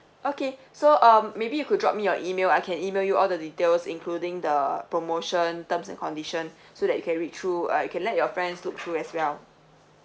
okay so um maybe you could drop me your email I can email you all the details including the promotion terms and condition so that you can read through uh you can let your friends look through as well